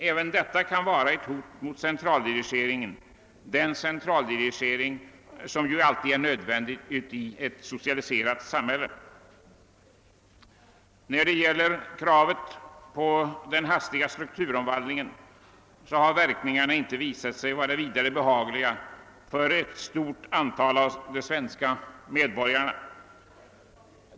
Även detta kan vara ett hot mot centraldirigeringen, den centraldirigering som ju alltid är nödvändig i ett socialiserat land. När det gäller kravet på hastig strukturomvandling har inte verkningarna visat sig så värst behagliga för ett stort antal av de svenska medborgarna.